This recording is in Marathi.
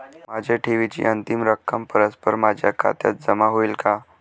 माझ्या ठेवीची अंतिम रक्कम परस्पर माझ्या खात्यात जमा होईल का?